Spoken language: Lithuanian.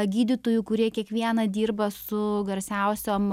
gydytojų kurie kiekvieną dirba su garsiausiom